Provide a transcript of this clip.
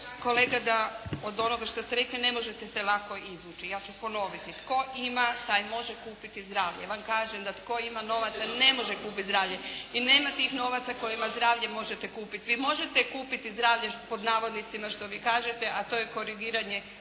Kolega da od onoga šta ste rekli ne možete se lako izvući. Ja ću ponoviti, tko ima taj može kupiti zdravlje. Ja vam kažem da tko ima novaca ne može kupiti zdravlje i nema tih novaca kojima zdravlje možete kupiti. Vi možete kupiti zdravlje pod navodnicima što vi kažete, a to je korigiranje,